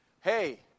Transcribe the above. hey